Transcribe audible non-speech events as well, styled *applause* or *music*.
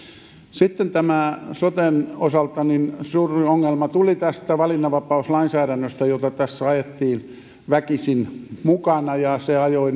sitten tämä soten osalta suurin ongelma tuli tästä valinnanvapauslainsäädännöstä jota tässä ajettiin väkisin mukana ja se ajoi *unintelligible*